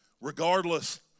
Regardless